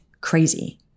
crazy